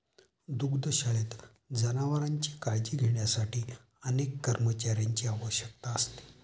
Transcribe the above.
दुग्धशाळेत जनावरांची काळजी घेण्यासाठी अनेक कर्मचाऱ्यांची आवश्यकता असते